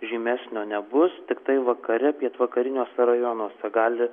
žymesnio nebus tiktai vakare pietvakariniuose rajonuose gali